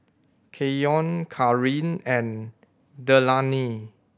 Keyon Carin and Delaney